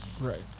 Right